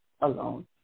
alone